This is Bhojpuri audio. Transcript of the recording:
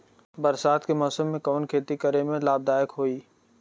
बरसात के मौसम में कवन खेती करे में लाभदायक होयी?